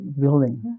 building